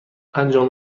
انجام